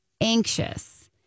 anxious